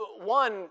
one